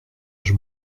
âge